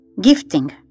Gifting